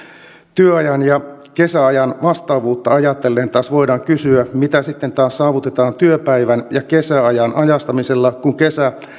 työajan ja kesäajan vastaavuutta ajatellen taas voidaan kysyä mitä sitten saavutetaan työpäivän ja kesäajan ajastamisella kun kesä